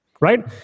Right